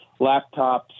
laptops